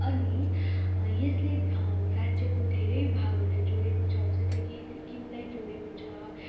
अनि यसले राज्यको धेरै भागहरूलाई जोडेको छ जस्तै कि सिक्किमलाई जोडेको छ